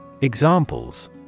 Examples